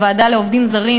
הוועדה לעובדים זרים,